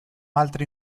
altre